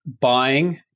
buying